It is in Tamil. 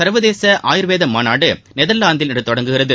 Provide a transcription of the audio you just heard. சா்வதேச ஆயூர்வேதமாநாடுநெதா்லாந்தில் இன்றுதொடங்குகிறது